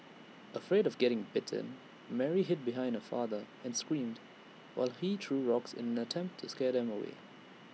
afraid of getting bitten Mary hid behind her father and screamed while he threw rocks in an attempt to scare them away